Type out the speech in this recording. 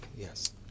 Yes